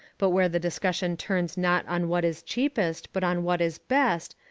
but where the discussion turns not on what is cheapest, but on what is best,